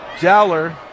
Dowler